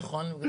נכון.